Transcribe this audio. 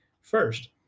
First